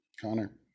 Connor